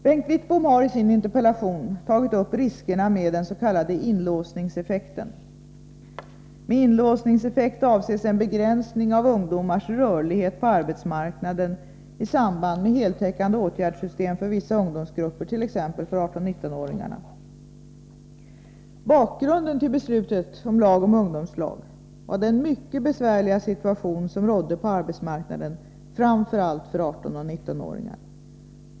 Bengt Wittbom har i sin interpellation tagit upp riskerna med den s.k. inlåsningseffekten. Med inlåsningseffekt avses en begränsning av ungdomars rörlighet på arbetsmarknaden i samband med heltäckande åtgärdssystem för vissa ungdomsgrupper, t.ex. för 18-19-åringarna. Bakgrunden till beslutet om lag om ungdomslag var den mycket besvärliga situation som rådde på arbetsmarknaden framför allt för 18-19-åringarna.